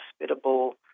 hospitable